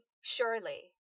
surely